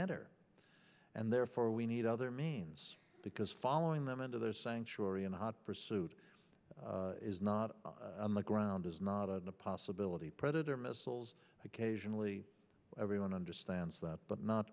enter and therefore we need other means because following them into their sanctuary in a hot pursuit is not on the ground is not a possibility predator missiles occasionally everyone understands that but not